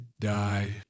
Die